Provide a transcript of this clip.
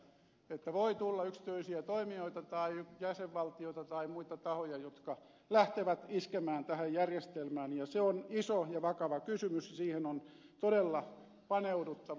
ahdekin viittasi että voi tulla yksityisiä toimijoita tai jäsenvaltioita tai muita tahoja jotka lähtevät iskemään tähän järjestelmään ja se on iso ja vakava kysymys ja siihen on todella paneuduttava